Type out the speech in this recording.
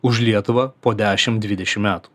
už lietuvą po dešim dvidešim metų